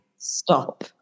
stop